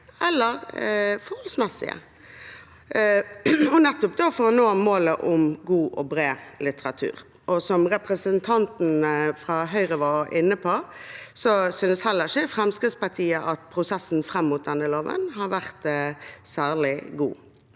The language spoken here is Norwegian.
eller forholdsmessige for å nå målet om god og bred litteratur. Som representanten fra Høyre var inne på, synes heller ikke Fremskrittspartiet at prosessen fram mot denne loven har vært særlig god.